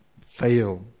fail